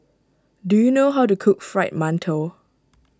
do you know how to cook Fried Mantou